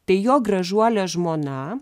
tai jo gražuolė žmona